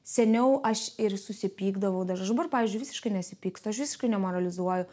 seniau aš ir susipykdavau dabar pavyzdžiui visiškai nesipyksta aš visiškai nemoralizuoju